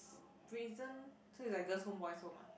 reason so is like girls home boys home ah